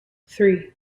three